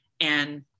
and-